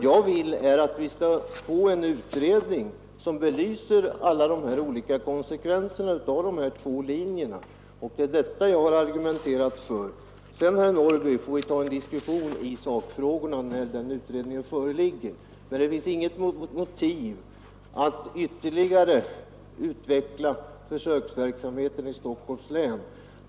Jag vill att vi skall få en utredning som belyser alla olika konsekvenser av dessa två linjer, och det är vad jag har argumenterat för. Sedan får vi, herr Norrby, ta en diskussion i sakfrågorna när utredningens betänkande föreligger. Men det finns inget motiv för att ytterligare utveckla försöksverksamheten i Stockholms län.